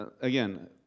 Again